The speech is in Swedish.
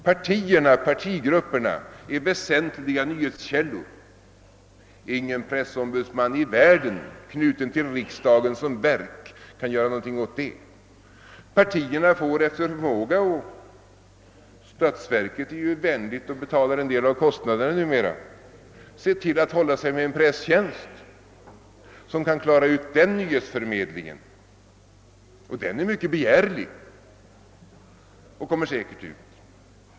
Partierna, partigrupperna är väsentliga nyhetskällor. Ingen pressombudsman i världen, knuten till riksdagen som verk, kan göra någonting åt det. Partierna får efter förmåga — statsverket är ju vänligt och betalar en del av kostnaderna numera — se till att de håller sig med en presstjänst som kan klara ut den nyhetsförmedlingen. Den är mycket begärlig och kommer säkert ut.